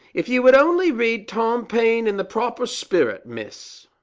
if you would only read tom paine in the proper spirit, miss!